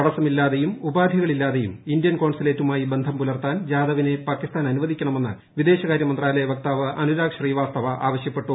തടസ്സമില്ലാതെയും ഉപാധികളില്ലാതെയും ഇന്ത്യൻ കോൺസുലേറ്റുമായി ബന്ധം പുലർത്താൻ ജാദവിനെ പാകിസ്ഥാൻ അനുവദിക്കണമെന്ന് വിദേശ്യകാര്യ മന്ത്രാലയ വക്താവ് അനുരാഗ് ശ്രീവാസ്തവ ആവശ്യപ്പെട്ടു